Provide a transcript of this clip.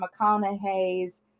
mcconaughey's